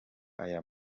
aya